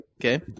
Okay